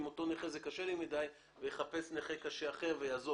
עם אותו נכה קשה לי מדי ויחפש נכה קשה אחר ויעזוב.